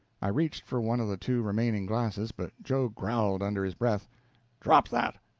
i reached for one of the two remaining glasses, but joe growled under his breath drop that!